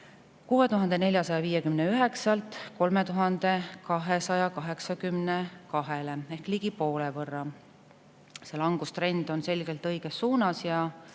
6459-lt 3282-le ehk ligi poole võrra. See langustrend on selgelt õiges suunas ja